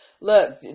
look